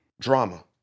Drama